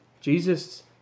Jesus